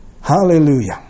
Hallelujah